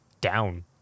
down